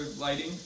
lighting